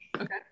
okay